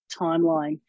timeline